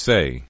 Say